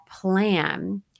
plan